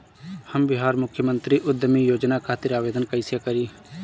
हम बिहार मुख्यमंत्री उद्यमी योजना खातिर आवेदन कईसे करी?